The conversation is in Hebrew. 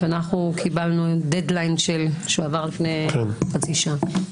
ואנחנו קיבלנו דדליין שעבר לפני חצי שעה.